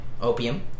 opium